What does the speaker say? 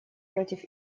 против